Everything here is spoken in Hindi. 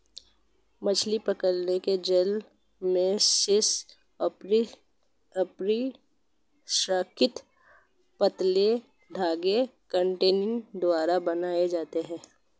मछली पकड़ने के जाल मेशेस अपेक्षाकृत पतले धागे कंटिंग द्वारा बनाये जाते है